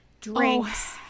drinks